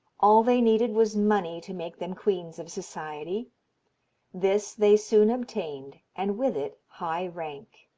all they needed was money to make them queens of society this they soon obtained, and with it high rank.